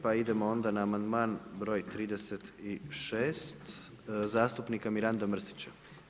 Pa idemo onda na amandman br. 36. zastupnika Miranda Mrsića.